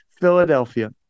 Philadelphia